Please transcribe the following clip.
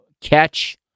catch